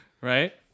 Right